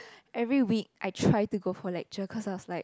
every week I try to go for lecture cause I was like